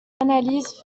analyses